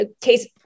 case